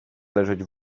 leżeć